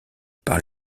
par